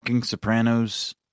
Sopranos